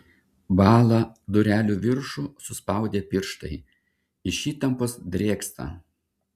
bąla durelių viršų suspaudę pirštai iš įtampos drėgsta